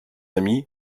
amis